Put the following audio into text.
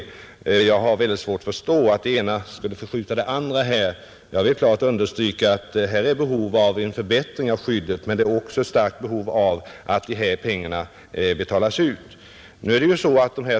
Jag har mycket svårt att förstå att det ena skulle förskjuta det andra. Jag vill klart understryka, att det är behov av en förbättring av skyddet, men det är också ett starkt behov av att dessa pengar betalas ut.